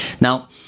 Now